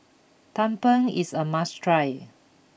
Tumpeng is a must try